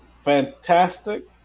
fantastic